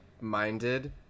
minded